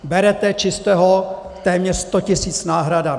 Berete čistého téměř 100 tisíc s náhradami.